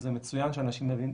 וזה מצוין שאנשים מביעים,